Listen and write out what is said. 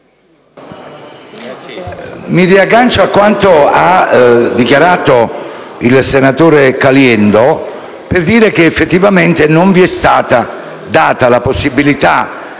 mi riaggancio a quanto ha dichiarato il senatore Caliendo per dire che effettivamente non ci estata data la possibilita